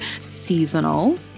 seasonal